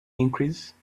increase